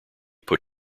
put